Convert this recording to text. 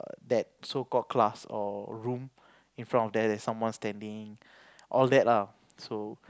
that so called class or room in front of there there is someone standing all that lah